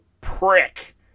prick